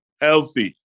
healthy